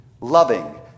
loving